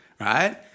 right